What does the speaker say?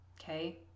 Okay